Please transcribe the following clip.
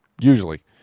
usually